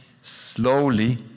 slowly